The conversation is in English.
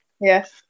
Yes